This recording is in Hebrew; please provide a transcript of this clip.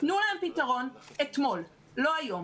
תנו להם פתרון אתמול, לא היום.